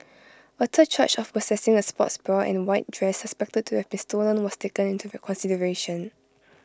A third charge of possessing A sports bra and white dress suspected to have been stolen was taken into consideration